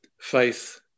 faith